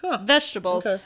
vegetables